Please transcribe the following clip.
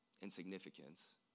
insignificance